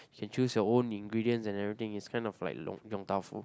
can choose your own ingredients and everything it's kind of like Yong-Tau-Foo